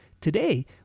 Today